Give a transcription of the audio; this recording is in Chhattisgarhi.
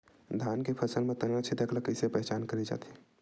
धान के फसल म तना छेदक ल कइसे पहचान करे जाथे?